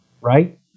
right